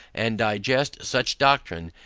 and digest such doctrine,